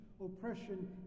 Oppression